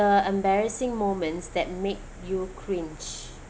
embarrassing moments that make you cringe